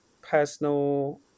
personal